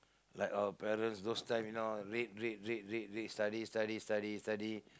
like our parents those time you know read read read read read study study study study